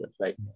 right